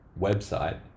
website